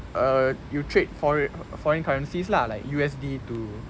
err you trade for~ foreign currencies lah like U_S_D to